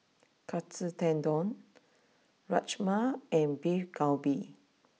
Katsu Tendon Rajma and Beef Galbi